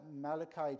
Malachi